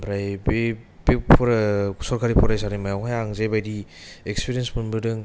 ओमफ्राय बे फराय सरकारि फरायसालिमायाव हाय आं जेबादि इक्सफेरियास मोनबोदों